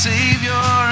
Savior